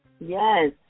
Yes